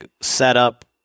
setup